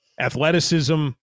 athleticism